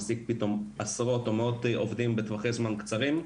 מעסיק פתאום עשרות או מאות עובדים בטווחי זמן קצרים,